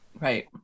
Right